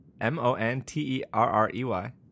M-O-N-T-E-R-R-E-Y